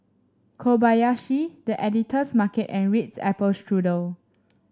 Kobayashi The Editor's Market and Ritz Apple Strudel